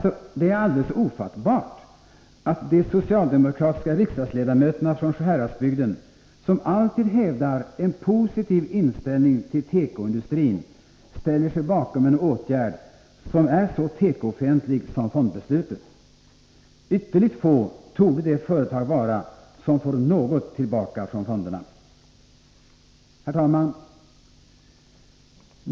Det är alldeles ofattbart, att de socialdemokratiska riksdagsledamöterna från Sjuhäradsbygden, som alltid hävdar en positiv inställning till tekoindustrin, ställer sig bakom en åtgärd som är så tekofientlig som fondbeslutet. Ytterligt få torde de tekoföretag vara som får något tillbaka från fonderna. Herr talman!